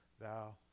thou